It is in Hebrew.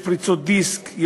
יש פריצת דיסק,